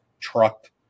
trucked